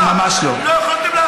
תגיד את האמת,